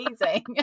amazing